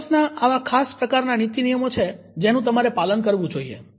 કેમ્પસના આવા ખાસ પ્રકારના નીતિનિયમો છે જેનું તમારે પાલન કરવું જોઈએ